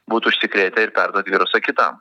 būt užsikrėtę ir perduot virusą kitam